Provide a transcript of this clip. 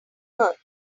earth